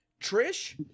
Trish